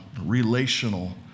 relational